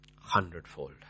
Hundredfold